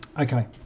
Okay